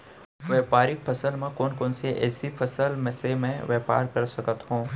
व्यापारिक फसल म कोन कोन एसई फसल से मैं व्यापार कर सकत हो?